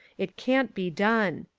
it can't be done.